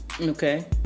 Okay